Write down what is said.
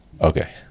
okay